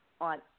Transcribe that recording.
on